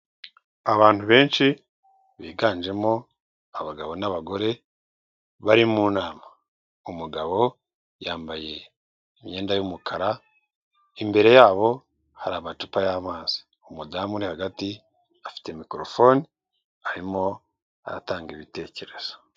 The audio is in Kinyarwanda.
Abantu benshi biganjemo abagabo n'abagore bari mu nama, umugabo yambaye imyenda y'umukara imbere yabo hari amacupa y'amazi, umudamu uri hagati afite mikorofone arimo atanga ibitekerezo.